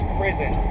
prison